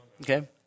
okay